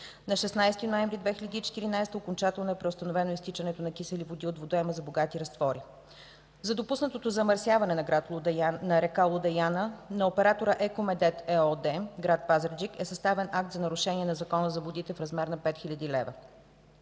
На 16 ноември 2014 г. окончателно е преустановено изтичането на кисели води от водоема за „богати разтвори ”. За допуснатото замърсяване на река Луда Яна, на оператора „Еко Медет” ЕООД, гр. Пазарджик, е съставен акт за нарушение на Закона за водите в размер на 5 000 лв.